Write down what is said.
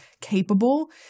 capable